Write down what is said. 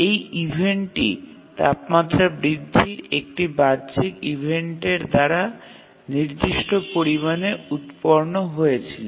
এই ইভেন্টটি তাপমাত্রা বৃদ্ধির একটি বাহ্যিক ইভেন্টের দ্বারা নির্দিষ্ট পরিমাণে উত্পন্ন হয়েছিল